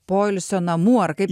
poilsio namų ar kaip